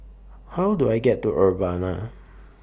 How Do I get to Urbana